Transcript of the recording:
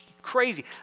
crazy